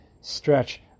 stretch